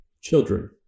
children